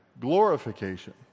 glorification